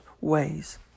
ways